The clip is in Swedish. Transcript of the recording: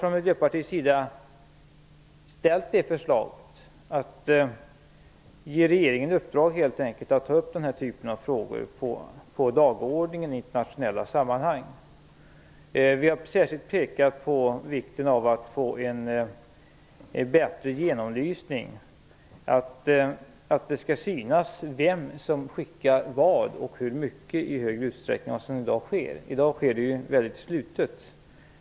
Från Miljöpartiets sida har vi lagt fram förslag om att regeringen helt enkelt skall ges i uppdrag att ta upp den här typen av frågor på dagordningen i internationella sammanhang. Vi har särskilt pekat på vikten av en bättre genomlysning, att det i högre grad än i dag skall synas vem som skickar vad och hur mycket. I dag sker detta under mycket slutna förhållanden.